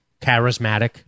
Charismatic